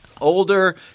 older